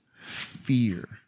fear